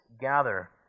gather